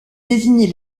désigner